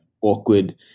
awkward